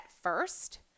first